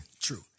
True